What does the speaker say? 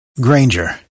Granger